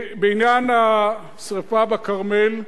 בעניין השרפה בכרמל,